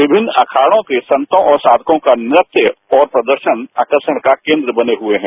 विभिन्न अखाड़ों के संतो और साधक्षों का नृत्य और प्रदर्शन आकर्षण का केन्द्र बने हुए हैं